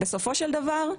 בסופו של דבר,